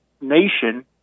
nation